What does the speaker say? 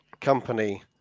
company